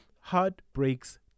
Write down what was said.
Heartbreaks